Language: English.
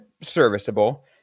serviceable